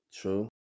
true